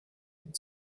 had